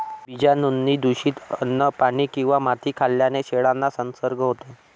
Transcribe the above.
बीजाणूंनी दूषित अन्न, पाणी किंवा माती खाल्ल्याने शेळ्यांना संसर्ग होतो